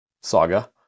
saga